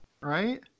Right